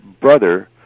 brother